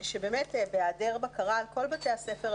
בהיעדר בקרה על כל בתי הספר,